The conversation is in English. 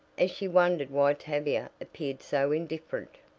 as she wondered why tavia appeared so indifferent.